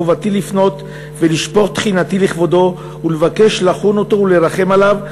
חובתי לפנות ולשפוך תחינתי לכבודו ולבקש לחון אותו ולרחם עליו,